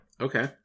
Okay